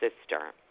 sister